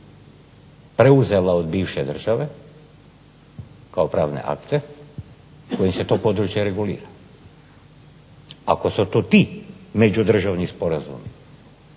preuzela od bivše države kao pravne akte kojim se to područje regulira. Ako su to ti međudržavni sporazumi